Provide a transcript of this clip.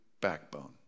backbone